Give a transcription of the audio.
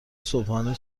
صبحانه